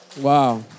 Wow